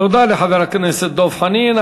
תודה לחבר הכנסת דב חנין.